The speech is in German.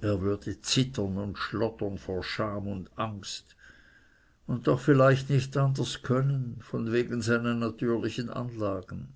er würde zittern und schlottern vor angst und scham und doch vielleicht nicht anders können von wegen seinen natürlichen anlagen